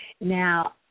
Now